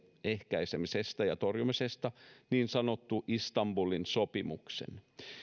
ehkäisemisestä ja torjumisesta niin sanotun istanbulin sopimuksen